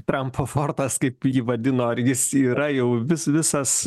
trampo fortas kaip jį vadino ar jis yra jau vis visas